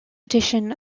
edition